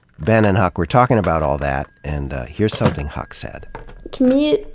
ben and huck were talking about all that and here's something huck said to me,